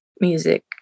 music